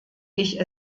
ich